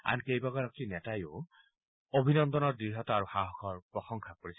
আন কেইবাগৰাকীও নেতাই অভিনন্দনৰ দ্ঢ়তা আৰু সাহসৰ প্ৰশংসা কৰিছে